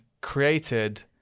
created